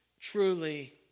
Truly